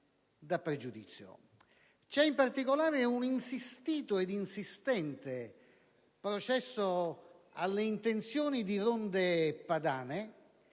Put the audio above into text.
In particolare, c'è un insistito ed insistente processo alle intenzioni di ronde padane